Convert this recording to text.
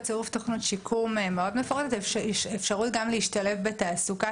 בצירוף תוכנית שיקום מאוד מפורטת ואפשרות גם להשתלב בתעסוקה